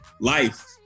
life